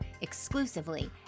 exclusively